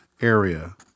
area